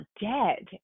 dead